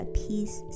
peace